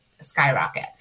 skyrocket